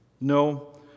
No